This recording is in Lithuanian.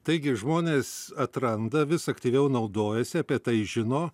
taigi žmonės atranda vis aktyviau naudojasi apie tai žino